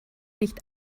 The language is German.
nicht